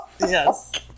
Yes